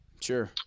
Sure